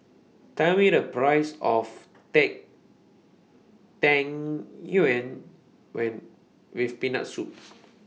Tell Me The Price of Tang Yuen when with Peanut Soup